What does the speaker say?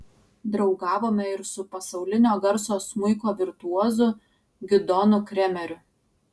draugavome ir su pasaulinio garso smuiko virtuozu gidonu kremeriu